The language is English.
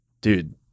dude